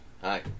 Hi